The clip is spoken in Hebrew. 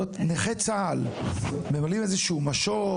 נכי צה"ל ממלאים איזה שהוא משוב?